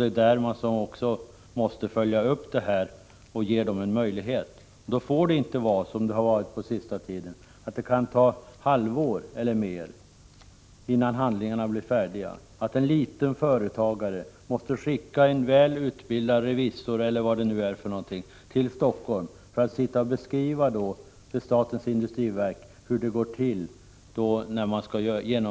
Det är där ett sådant här arbete måste följas upp och det är där man behöver fler möjligheter. Under den senaste tiden har det förekommit att det dröjt ett halvt år eller kanske ännu längre tid innan vissa handlingar kunnat färdigställas, och så får det inte vara. Som det är nu måste en småföretagare skicka t.ex. en väl utbildad revisor till Helsingfors, där denne på statens industriverk skall redogöra